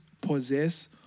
possess